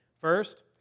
First